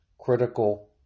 critical